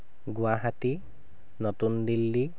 গুৱাহাটী নতুন দিল্লী